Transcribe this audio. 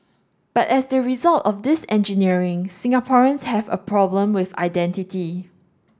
but as the result of this engineering Singaporeans have a problem with identity